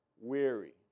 weary